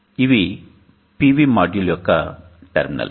ఇవి PV module యొక్క terminals